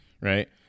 right